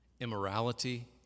immorality